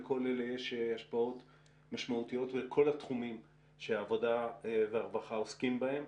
לכל אלה יש השפעות משמעותיות בכל התחומים שהעבודה והרווחה עוסקים בהם.